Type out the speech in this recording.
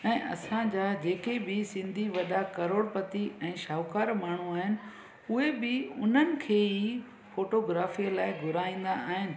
ऐं असांजा जेके बि सिंधी वॾा करोड़पति ऐं शाहूकार माण्हू आहिनि उहे बि उन्हनि खे ई फ़ोटोग्राफीअ लाइ घुराईंदा आहिनि